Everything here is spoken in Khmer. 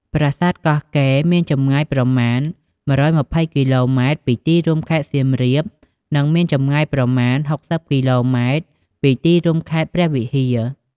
ប្រាសាទកោះកេរមានចម្ងាយប្រមាណ ១២០គីឡូម៉ែត្រពីទីរួមខេត្តសៀមរាប និងមានចម្ងាយប្រមាណ ៦០គីឡូម៉ែត្រពីទីរួមខេត្តព្រះវិហារ។